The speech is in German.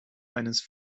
eines